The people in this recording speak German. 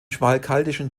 schmalkaldischen